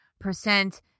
percent